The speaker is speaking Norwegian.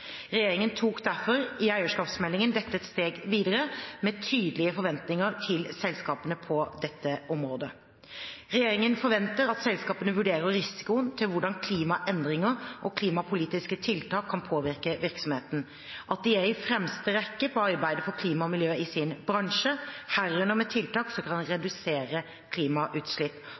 Regjeringen tok derfor i eierskapsmeldingen dette et steg videre, med tydelige forventninger til selskapene på dette området. Regjeringen forventer at selskapene vurderer risikoen med hensyn til hvordan klimaendringer og klimapolitiske tiltak kan påvirke virksomheten, at de er i fremste rekke i arbeidet for klima og miljø i sin bransje, herunder med tiltak som kan